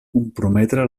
comprometre